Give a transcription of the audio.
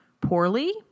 poorly